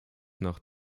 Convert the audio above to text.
nach